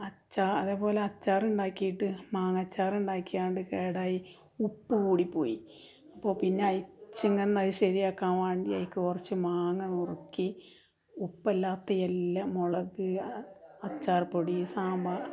അച്ചാർ അതേപോലെ അച്ചാർ ഉണ്ടാക്കിയിട്ട് മാങ്ങ അച്ചാർ ഉണ്ടാക്കിയാണ്ട് കേടായി ഉപ്പ് കൂടിപ്പോയി അപ്പോൾ പിന്നെ അയിച്ചിങ് അത് ശരിയാക്കാൻ വേണ്ടി അയിക്ക് കുറച്ച് മാങ്ങ നുറുക്കി ഉപ്പ് അല്ലാത്ത എല്ലാം മുളക് അച്ചാർ പൊടി സാമ്പാർ